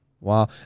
Wow